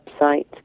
website